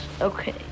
Okay